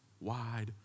wide